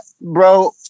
bro